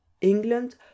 England